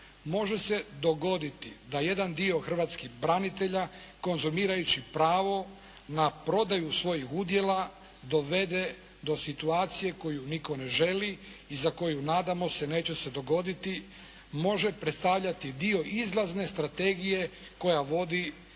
može se dogoditi da jedan dio hrvatskih branitelja konzumirajući pravo na prodaju svojih udjela dovede do situacije koju nitko ne želi i za koju nadamo se neće se dogoditi može predstavljati dio izlazne strategije koja vodi ka